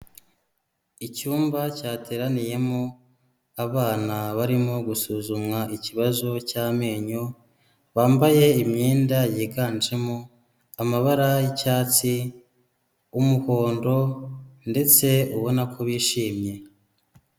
Icyumba cyateraniye mo abana barimo gusuzumwa ikibazo cy'amenyo bambaye imyenda yiganjemo amabara y'icyatsi, umuhondo ndetse ubona ko bishimye.